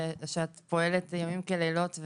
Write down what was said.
ושאת פועלת ימים כלילות,